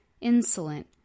insolent